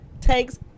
takes